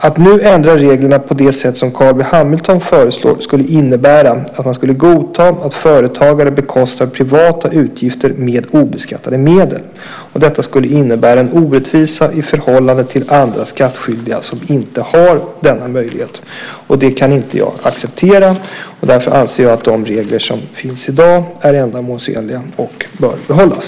Att nu ändra reglerna på det sätt som Carl B Hamilton föreslår skulle innebära att man godtog att företagare bekostar privata utgifter med obeskattade medel. Det skulle innebära en orättvisa i förhållande till andra skattskyldiga som inte har denna möjlighet. Det kan jag inte acceptera. Därför anser jag att de regler som finns i dag är ändamålsenliga och bör behållas.